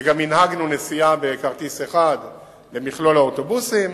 וגם הנהגנו נסיעה בכרטיס אחד למכלול האוטובוסים